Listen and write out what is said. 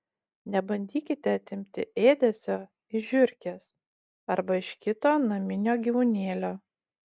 nebandykite atimti ėdesio iš žiurkės arba iš kito naminio gyvūnėlio